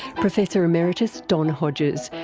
professor emeritus don hodges,